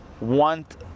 want